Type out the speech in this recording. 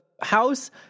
house